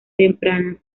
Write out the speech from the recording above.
temprana